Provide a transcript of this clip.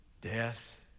death